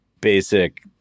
basic